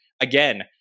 again